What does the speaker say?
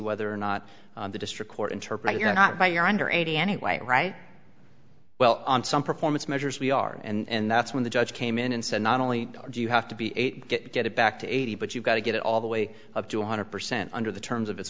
whether or not the district court interpret you're not right you're under eighty anyway right well on some performance measures we are and that's when the judge came in and said not only do you have to be eight get get it back to eighty but you've got to get it all the way up to one hundred percent under the terms of its